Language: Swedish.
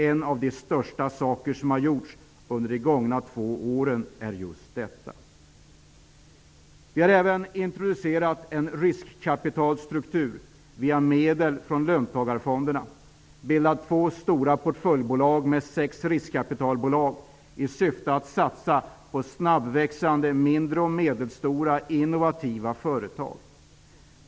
En av de största saker som har gjorts under de gångna två åren är just att förbättra småföretagarklimatet. Vi har även introducerat en riskkapitalstruktur via medel från löntagarfonderna. Det har inrättas två stora portföljbolag med sex riskkapitalbolag med syfte att satsa på snabbväxande mindre och medelstora innovativa företag.